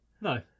No